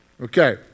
Okay